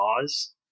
pause